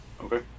Okay